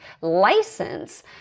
license